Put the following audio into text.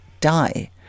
die